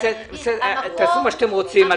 תעשו מה שאתם רוצים.